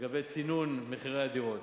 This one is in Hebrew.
לגבי צינון מחירי הדירות.